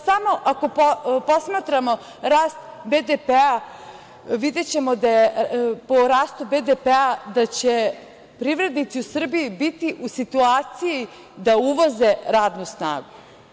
Samo ako posmatramo rast BDP, videćemo po rastu BDP da će privrednici u Srbiji biti u situaciji da uvoze radnu snagu.